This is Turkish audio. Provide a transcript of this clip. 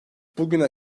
bugüne